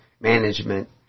Management